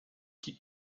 qui